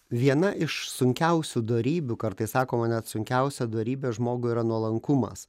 viena iš sunkiausių dorybių kartais sakoma net sunkiausia dorybė žmogui yra nuolankumas